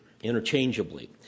interchangeably